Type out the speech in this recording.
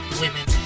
women